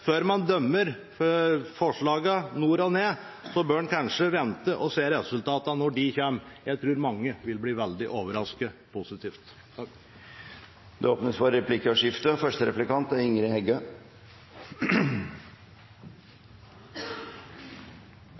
Før man dømmer forslagene nord og ned bør man kanskje vente og se resultatene når de kommer. Jeg tror mange vil bli veldig positivt overrasket. Det blir replikkordskifte. Arbeidarpartiet er oppteke av dei som lagar maten, av industrien og